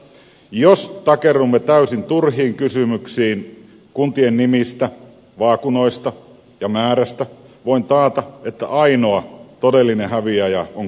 jos takerrumme täysin turhiin kysymyksiin kuntien nimistä vaakunoista ja määrästä voin taata että ainoa todellinen häviäjä on kuntalainen itse